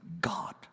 God